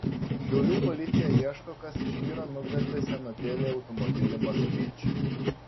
šiaulių policija ieško kas iš vyro nugvelbė senutėlį automobilį moskvič